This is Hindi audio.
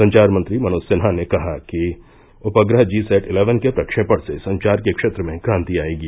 संचार मंत्री मनोज सिन्हा ने कहा है कि उपग्रह जी सैट इलेवेन के प्रक्षेपण से संचार के क्षेत्र में क्रान्ति आयेगी